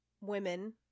women